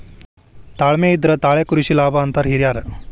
ತಾಳ್ಮೆ ಇದ್ರೆ ತಾಳೆ ಕೃಷಿ ಲಾಭ ಅಂತಾರ ಹಿರ್ಯಾರ್